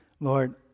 Lord